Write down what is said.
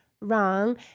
wrong